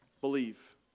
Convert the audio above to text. Believe